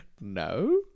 No